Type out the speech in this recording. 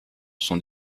son